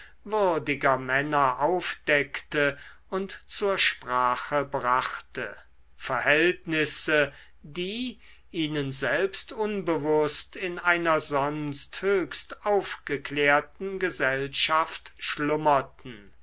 würdiger männer aufdeckte und zur sprache brachte verhältnisse die ihnen selbst unbewußt in einer sonst höchst aufgeklärten gesellschaft schlummerten